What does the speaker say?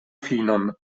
finon